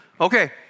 Okay